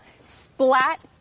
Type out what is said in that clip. splat